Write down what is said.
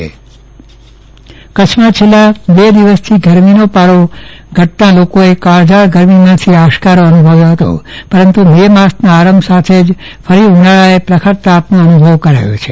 ચંદ્રવદન પદ્ટણી ગરમીમાં વધારો કચ્છમાં છેલ્લા બે દિવસથી ગરમીનો પારો ઘટતા લોકોએ કાળઝાળ ગરમીમાંથી હાશકારો અનુભવ્યો હતો પરંતુ મે માસના આરંભ સાથે જ ફરી ઉનાળા એ પ્રખર તાપનો અનુભવ કરાવ્યો છે